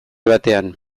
batean